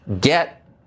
get